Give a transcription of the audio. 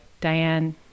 Diane